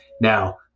Now